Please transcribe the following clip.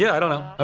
yeah i don't know.